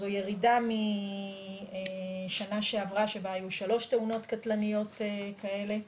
זו ירידה משנה שעברה שבה היו 3 תאונות קטלניות כאלה,